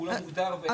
מוגדר בחוק.